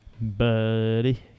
buddy